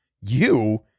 You